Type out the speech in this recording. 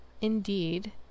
Indeed